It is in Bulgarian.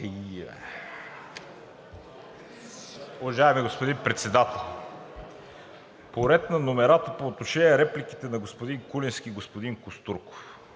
Уважаеми господин Председател, по ред на номерата. По отношение на репликите на господин Куленски и господин Костурков.